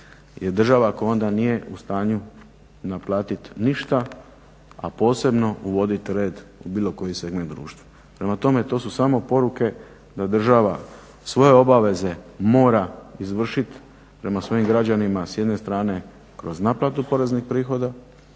država koja onda nije u stanju naplatiti ništa, a posebno uvoditi red u bilo koji segment društva. Prema tome, to su samo poruke da država svoje obaveze mora izvršiti prema svojim građanima s jedne strane kroz naplatu poreznih prihoda